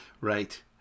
Right